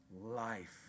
life